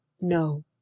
No